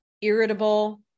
irritable